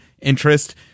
interest